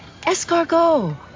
escargot